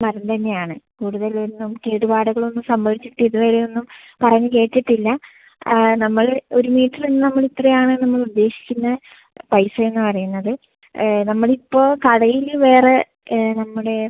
മരം തന്നെ ആണ് കൂടുതലൊന്നും കേടുപാടുകൾ ഒന്നും സംഭവിച്ചിട്ട് ഇത് വരെ ഒന്നും പറഞ്ഞ് കേട്ടിട്ടില്ല നമ്മള് ഒരു മീറ്ററിന് നമ്മൾ ഇത്ര ആണ് നമ്മൾ ഉദ്ദേശിക്കുന്ന പൈസ എന്ന് പറയുന്നത് നമ്മൾ ഇപ്പോൾ കടയില് വേറെ നമ്മുടെ